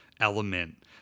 element